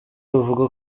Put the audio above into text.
bavuga